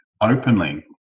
openly